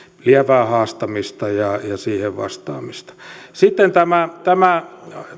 lievää haastamista ja siihen vastaamista sitten tämä